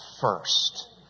first